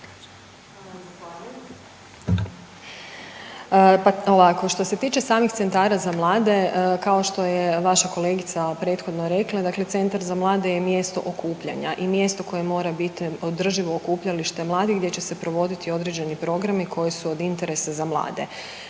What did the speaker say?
što se tiče samih centara za mlade kao što je vaša kolegica prethodno rekla, dakle centar za mlade je mjesto okupljanja i mjesto koje mora biti održivo okupljalište mladih gdje će se provoditi određeni programi koji su od interesa za mlade.